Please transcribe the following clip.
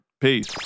Peace